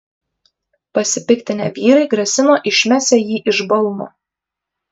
pasipiktinę vyrai grasino išmesią jį iš balno